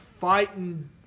fighting